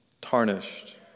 tarnished